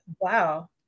wow